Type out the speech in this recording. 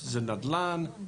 נדל"ן,